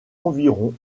environ